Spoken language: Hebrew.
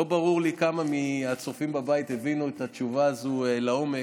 לא ברור לי כמה מהצופים בבית הבינו את התשובה הזאת לעומק,